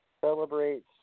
celebrates